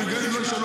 וגם אם לא ישאלו,